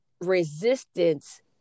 resistance